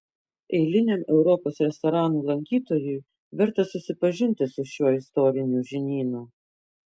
eiliniam europos restoranų lankytojui verta susipažinti su šiuo istoriniu žinynu